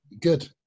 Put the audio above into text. good